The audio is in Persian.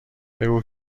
بگو